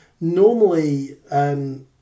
normally